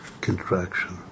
contraction